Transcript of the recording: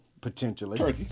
potentially